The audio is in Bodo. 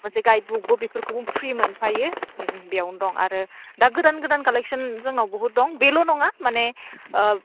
मोनसे गाइद बुकबो बेफोरखौबो फ्रि मोनफायो बेयावनो दं आरो दा गोदान गोदान कालेक्स'न जोंनाव बहुद दं बेल' नङा माने